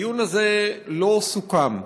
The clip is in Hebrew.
הדיון הזה לא סוכם.